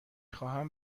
خواهم